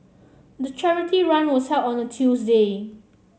the charity run was held on a Tuesday